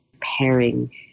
pairing